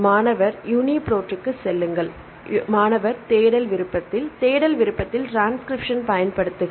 மாணவர் யுனிப்ரோட்க்கு செல்லுங்கள் மாணவர் தேடுதல் விருப்பத்தில் தேடுதல் விருப்பத்தில் ட்ரான்ஸகிரிப்ஸ்ஸன் பயன்படுத்துக